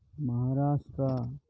Maharashtra